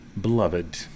beloved